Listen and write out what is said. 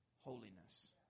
holiness